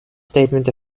statement